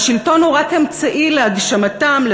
והשלטון הוא רק אמצעי להגשמתם,